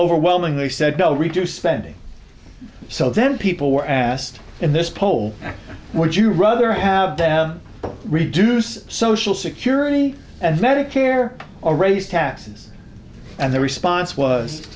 overwhelmingly said no to reduce spending so then people were asked in this poll would you rather have reduce social security and medicare or raise taxes and the response was